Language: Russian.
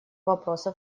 вопроса